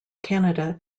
canada